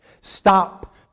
Stop